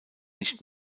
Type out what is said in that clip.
nicht